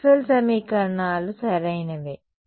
Maxwell సమీకరణాలు సరైనవే